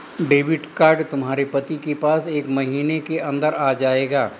debit card तुम्हारे पति के पास एक महीने के अंदर आ जाएगा